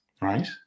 right